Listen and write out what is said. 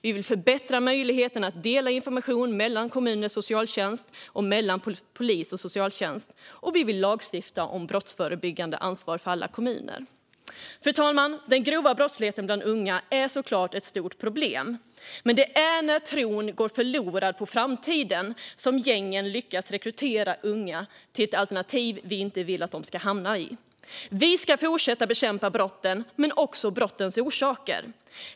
Vi vill förbättra möjligheten att dela information mellan olika kommuners socialtjänst samt mellan polis och socialtjänst. Och vi vill lagstifta om brottsförebyggande ansvar för alla kommuner. Fru talman! Den grova brottsligheten bland unga är såklart ett stort problem. Men det är när tron på framtiden går förlorad som gängen lyckas rekrytera unga till ett alternativ vi inte vill att de ska hamna i. Vi ska fortsätta bekämpa brotten men också brottens orsaker.